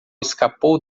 escapou